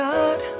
God